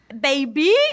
baby